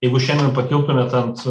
jeigu šiandien pakiltumėt ant